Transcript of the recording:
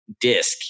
disc